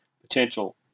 potential